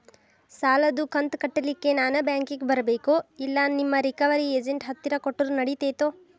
ಸಾಲದು ಕಂತ ಕಟ್ಟಲಿಕ್ಕೆ ನಾನ ಬ್ಯಾಂಕಿಗೆ ಬರಬೇಕೋ, ಇಲ್ಲ ನಿಮ್ಮ ರಿಕವರಿ ಏಜೆಂಟ್ ಹತ್ತಿರ ಕೊಟ್ಟರು ನಡಿತೆತೋ?